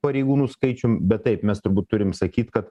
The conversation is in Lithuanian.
pareigūnų skaičium bet taip mes turbūt turim sakyt kad